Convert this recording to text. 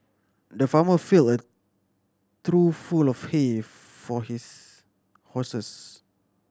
the farmer filled a trough full of hay for his horses